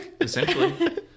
Essentially